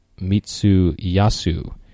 Mitsuyasu